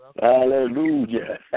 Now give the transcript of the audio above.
Hallelujah